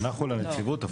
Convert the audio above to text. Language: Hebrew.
אנחנו לנציבות?